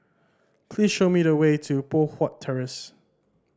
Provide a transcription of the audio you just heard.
please show me the way to Poh Huat Terrace